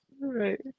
Right